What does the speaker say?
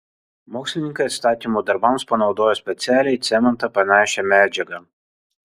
mokslininkai atstatymo darbams panaudojo specialią į cementą panašią medžiagą